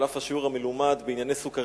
על אף השיעור המלומד בענייני סוכרים,